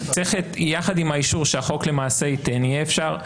יחד עם האישור שהחוק ייתן למעשה יהיה אפשר.